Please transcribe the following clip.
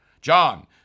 John